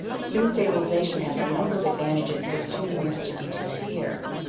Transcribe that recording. spin stabilization has a number of advantages that are too numerous to detail here,